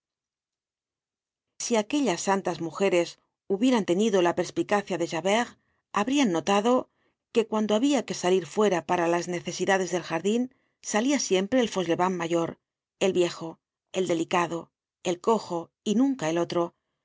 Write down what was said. si aquellas santas mujeres hubieran tenido la perspicacia de javert habrían notado que cuando habia que salir fuera para las necesidades del jardin salia siempre el fauchelevent mayor el viejo el delicado el cojo y nunca el otro